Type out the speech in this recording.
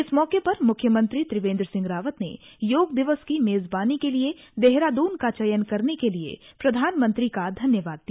इस मौके पर मुख्यमंत्री त्रिवेन्द्र सिंह रावत ने योग दिवस की मेजाबनी के लिए देहरादून का चयन करने के लिए प्रधानमंत्री को धन्यावाद दिया